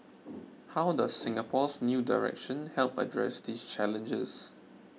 how does Singapore's new direction help address these challenges